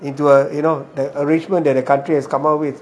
into a you know an arrangement that the country has come up with